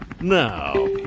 now